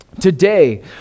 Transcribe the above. Today